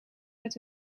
met